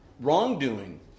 wrongdoing